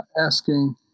asking